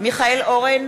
מיכאל אורן,